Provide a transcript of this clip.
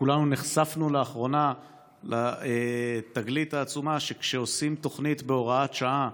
כולנו נחשפנו לאחרונה לתגלית העצומה שכשעושים תוכנית בהוראת שעה